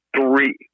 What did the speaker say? three